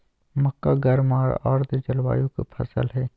मक्का गर्म आर आर्द जलवायु के फसल हइ